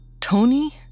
Tony